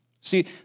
See